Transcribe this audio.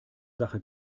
sache